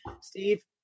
Steve